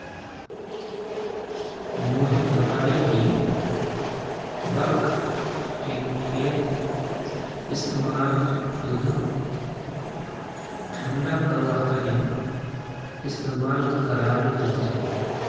मोहित बताले कि bulk tanker इस्तेमाल दूधक ठंडा करवार तने इस्तेमाल कराल जा छे